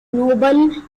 noble